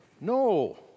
No